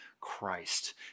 Christ